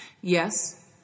Yes